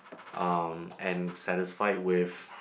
um and satisfied with